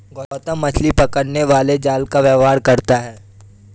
गौतम मछली पकड़ने वाले जाल का व्यापार करता है